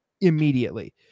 immediately